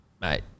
Mate